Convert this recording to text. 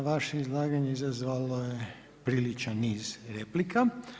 I vaše izlaganje izazvalo je priličan niz replika.